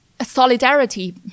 solidarity